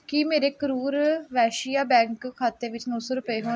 ਕੀ ਮੇਰੇ ਕਰੂਰ ਵੈਸ਼ਿਆ ਬੈਂਕ ਖਾਤੇ ਵਿੱਚ ਨੌਂ ਸੌ ਰੁਪਏ ਹੋ